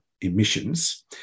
emissions